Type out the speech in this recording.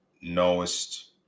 knowest